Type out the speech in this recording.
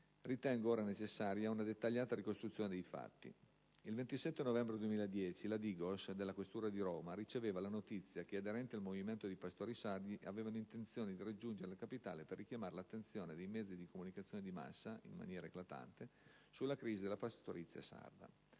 Ritengo ora necessaria una dettagliata ricostruzione dei fatti. Il 27 novembre 2010 la DIGOS della questura di Roma riceveva la notizia che aderenti al Movimento pastori sardi avevano intenzione di raggiungere la Capitale per richiamare l'attenzione dei mezzi di comunicazione di massa - in maniera eclatante - sulla crisi della pastorizia sarda.